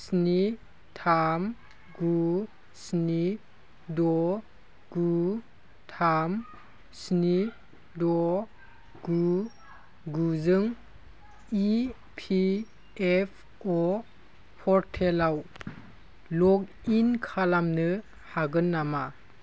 स्नि थाम गु स्नि द गु थाम स्नि द गु गुजों इपिएफअ पर्टेलाव लगइन खालामनो हागोन नामा